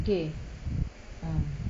okay um